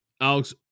Alex